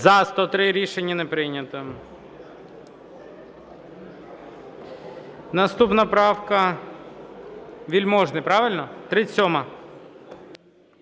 За-103 Рішення не прийнято. Наступна правка, Вельможний, правильно? 37-а.